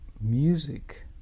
music